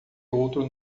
outro